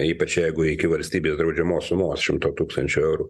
ypač jeigu iki valstybės draudžiamos sumos šimto tūkstančio eurų